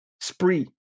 spree